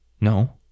No